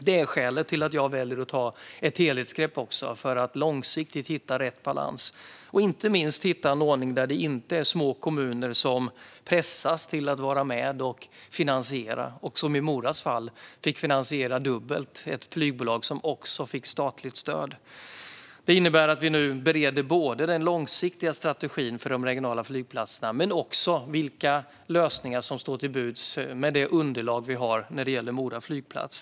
Detta är skälet till att jag väljer att ta ett helhetsgrepp för att långsiktigt hitta rätt balans och inte minst för att hitta en ordning där det inte är små kommuner som pressas att vara med och finansiera. I Moras fall finansierades det dubbelt. Det var ett flygbolag som också fick statligt stöd. Det här innebär att vi nu bereder den långsiktiga strategin för de regionala flygplatserna, men det handlar också om vilka lösningar som står till buds med det underlag vi har när det gäller Mora flygplats.